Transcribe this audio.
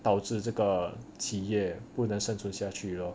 导致这个企业不能生存下去了